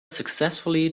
successfully